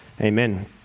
Amen